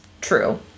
true